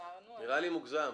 נראה לי מוגזם.